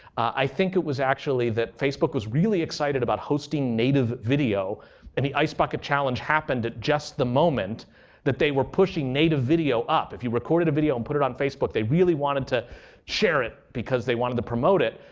i think it was actually that facebook was really excited about hosting native video and the ice bucket challenge happened at just the moment that they were pushing native video up. if you recorded a video and put it on facebook they really wanted to share it because they wanted to promote it.